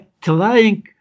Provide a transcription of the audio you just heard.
trying